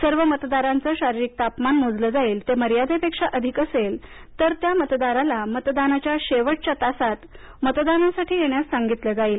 सर्व मतदारांचं शारिरीक तापमान मोजलं जाईल ते मर्यादेपेक्षा अधिक असेल तर त्या मतदाराला मतदानाच्या शेवटच्या तासात मतदानासाठी येण्यास सांगितलं जाईल